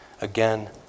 again